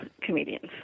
comedians